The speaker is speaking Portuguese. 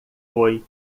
foi